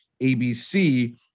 ABC